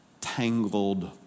tangled